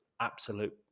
absolute